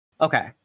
Okay